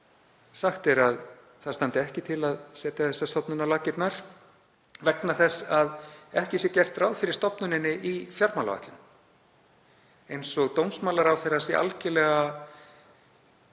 sagt er að ekki standi til að setja þessa stofnun á laggirnar vegna þess að ekki sé gert ráð fyrir stofnuninni í fjármálaáætlun. Eins og dómsmálaráðherra væri algerlega